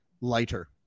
lighter